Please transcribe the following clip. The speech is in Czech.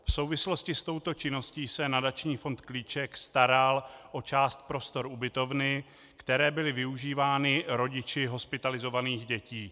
V souvislosti s touto činností se nadační fond Klíček staral o část prostor ubytovny, které byly využívány rodiči hospitalizovaných dětí.